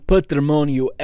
Patrimonio